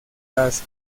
las